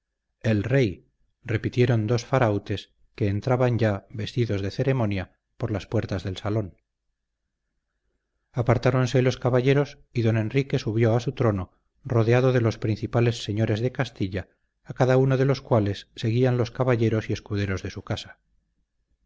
el rey repitieron dos farautes que entraban ya vestidos de ceremonia por las puertas del salón apartáronse los caballeros y don enrique subió a su trono rodeado de los principales señores de castilla a cada uno de los cuales seguían los caballeros y escuderos de su casa